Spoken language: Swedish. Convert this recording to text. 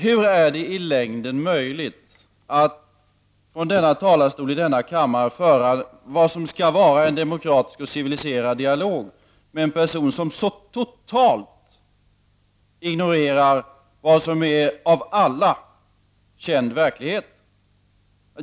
Hur är det i längden möjligt att från denna talarstol i denna kammare föra vad som skall vara en demokratisk och civiliserad dialog med en person som så totalt ignorerar vad som är av alla känd verklighet?